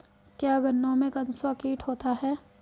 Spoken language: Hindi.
क्या गन्नों में कंसुआ कीट होता है?